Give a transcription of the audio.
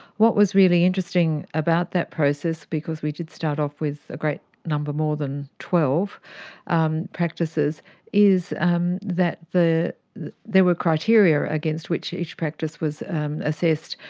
what was really interesting about that process because we did start off with a great number more than twelve and practices is um that there were criteria against which each practice was assessed.